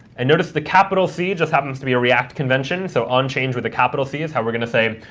and notice the capital c just happens to be a react convention, so onchange with a capital c is how we're going to say,